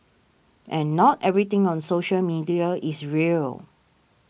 and not everything on social media is real